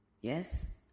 Yes